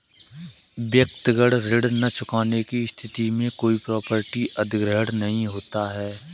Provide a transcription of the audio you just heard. व्यक्तिगत ऋण न चुकाने की स्थिति में कोई प्रॉपर्टी अधिग्रहण नहीं होता